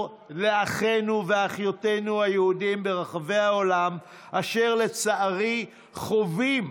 לאחינו ואחיותינו היהודים ברחבי העולם אשר לצערי חווים